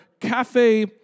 cafe